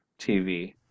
tv